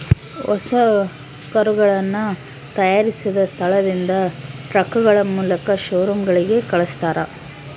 ಹೊಸ ಕರುಗಳನ್ನ ತಯಾರಿಸಿದ ಸ್ಥಳದಿಂದ ಟ್ರಕ್ಗಳ ಮೂಲಕ ಶೋರೂಮ್ ಗಳಿಗೆ ಕಲ್ಸ್ತರ